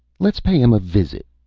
let's pay em a visit.